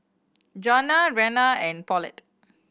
Johnna Reanna and Paulette